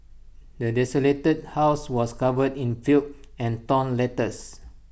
the desolated house was covered in filth and torn letters